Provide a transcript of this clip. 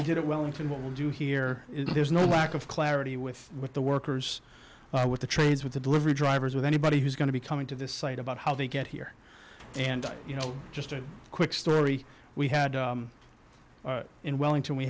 we did it well into what we'll do here is there's no lack of clarity with what the workers what the trades with the delivery drivers with anybody who's going to be coming to this site about how they get here and you know just a quick story we had in wellington we